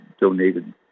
donated